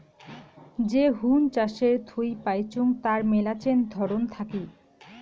যে হুন চাষের থুই পাইচুঙ তার মেলাছেন ধরন থাকি